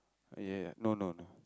ya ya no no no